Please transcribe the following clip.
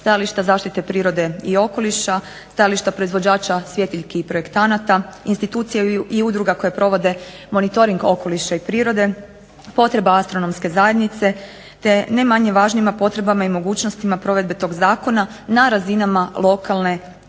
stajališta zaštite prirode i okoliša, stajališta proizvođača svjetiljki i projektanata, institucija i udruga koje provode monitoring okoliša i prirode, potreba astronomske zajednice te ne manje važnima potrebama i mogućnostima provedbe tog zakona na razinama lokalne uprave